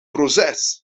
proces